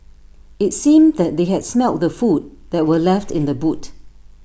IT seemed that they had smelt the food that were left in the boot